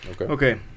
Okay